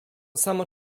samo